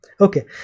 okay